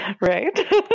Right